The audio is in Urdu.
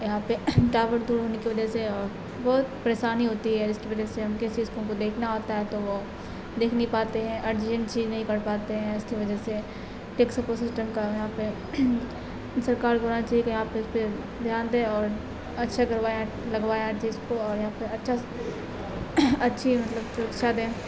یہاں پہ ٹاور دور ہونے کی وجہ سے اور بہت پریشانی ہوتی ہے جس کی وجہ سے ہم کسی چیز کو دیکھنا آتا ہے تو وہ دیکھ نہیں پاتے ہیں ارجنٹ چیز نہیں کر پاتے ہیں اس کی وجہ سے ٹیک سپورٹ سسٹم کا یہاں پہ سرکار کہ یہاں پہ اس پہ دھیان دیں اور اچھا کروائے لگوائے ہر جیز کو اور یہاں پہ اچھا اچھی مطلب سودھا دے